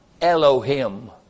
Elohim